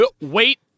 Wait